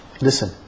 Listen